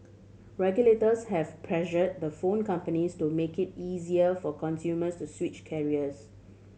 regulators have pressure the phone companies to make it easier for consumers to switch carriers